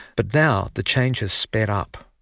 but now the change has sped up.